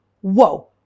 whoa